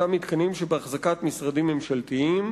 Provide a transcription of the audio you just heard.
אותם מתקנים שבאחזקת משרדים ממשלתיים,